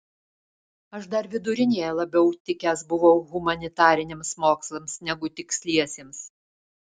aš dar vidurinėje labiau tikęs buvau humanitariniams mokslams negu tiksliesiems